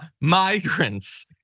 migrants